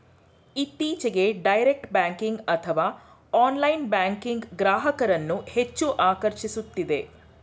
ಇತ್ತೀಚೆಗೆ direct banking ಅಥವಾ online banking ಗ್ರಾಹಕರನ್ನು ಹೆಚ್ಚು ಆಕರ್ಷಿಸುತ್ತಿದೆ